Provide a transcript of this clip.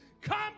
come